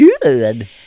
good